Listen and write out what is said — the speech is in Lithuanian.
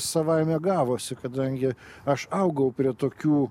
savaime gavosi kadangi aš augau prie tokių